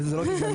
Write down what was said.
זה לא גזענות.